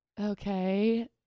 okay